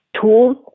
tools